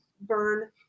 burn